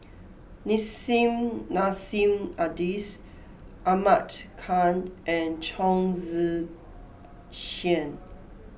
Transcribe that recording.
Nissim Nassim Adis Ahmad Khan and Chong Tze Chien